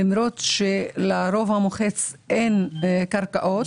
למרות שלרוב המוחץ אין קרקעות.